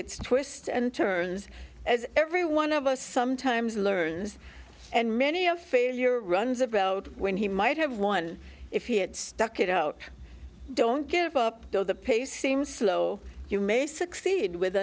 its twists and turns as every one of us sometimes learns and many of failure runs about when he might have won if he had stuck it out don't give up though the pace seems slow you may succeed with